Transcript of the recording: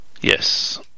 Yes